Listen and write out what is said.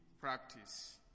practice